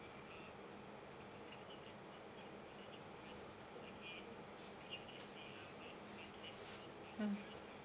mm